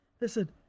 Listen